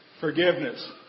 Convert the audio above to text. Forgiveness